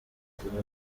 kuba